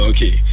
Okay